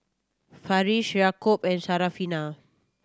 Farish Yaakob and Syarafina